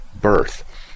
birth